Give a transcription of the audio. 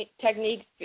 techniques